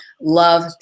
love